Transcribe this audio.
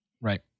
Right